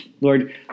Lord